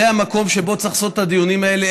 זה המקום שבו צריך לעשות את הדיונים האלה.